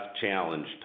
challenged